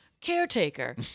Caretaker